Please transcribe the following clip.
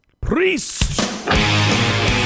Priest